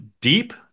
deep